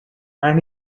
and